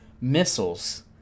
missiles